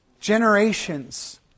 Generations